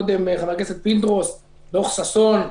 ציין קודם חבר הכנסת פינדרוס את דוח ששון.